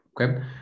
okay